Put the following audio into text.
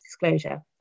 disclosure